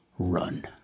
Run